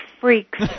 freaks